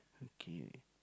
okay